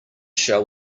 shall